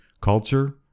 culture